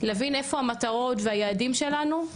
להבין איפה המטרות והיעדים שלנו,